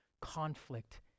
conflict